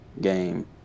game